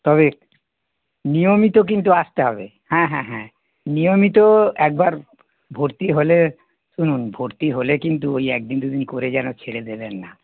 তবে নিয়মিত কিন্তু আসতে হবে হ্যাঁ হ্যাঁ হ্যাঁ নিয়মিত একবার ভর্তি হলে শুনুন ভর্তি হলে কিন্তু ওই এক দিন দু দিন করে যেন ছেড়ে দেবেন না